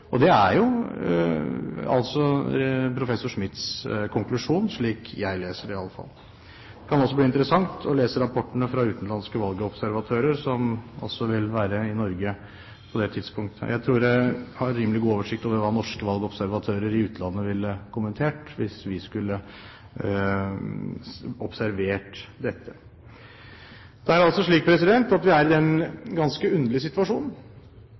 Det er altså professor Smiths konklusjon, slik jeg leser det i alle fall. Det kan også bli interessant å lese rapportene fra utenlandske valgobservatører, som også vil være i Norge på det tidspunkt. Jeg tror jeg har rimelig god oversikt over hva norske valgobservatører i utlandet ville kommentert hvis vi skulle observert dette. Det er altså slik at vi er i den ganske